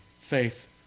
faith